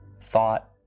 thought